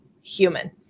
human